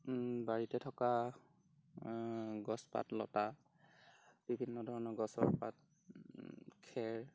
বাৰিতে থকা গছ পাত লতা বিভিন্ন ধৰণৰ গছৰ পাত খেৰ